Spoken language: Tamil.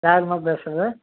யார்மா பேசுகிறது